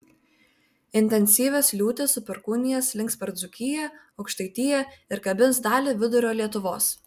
intensyvios liūtys su perkūnija slinks per dzūkiją aukštaitiją ir kabins dalį vidurio lietuvos